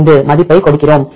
005 மதிப்பைக் கொடுக்கிறோம்